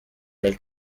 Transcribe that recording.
del